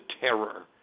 terror